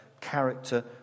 Character